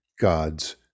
God's